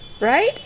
Right